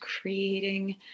creating